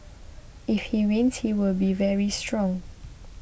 if he wins he will be very strong